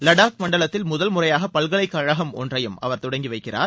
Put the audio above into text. லடாக் மண்டலத்தில் முதன்முறையாக பல்கலைக்கழகம் ஒன்றையும் அவர் தொடங்கி வைக்கிறார்